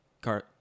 Car